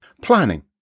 Planning